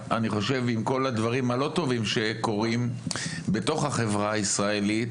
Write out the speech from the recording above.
עם כל הדברים הלא טובים שקורים בתוך החברה הישראלית,